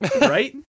Right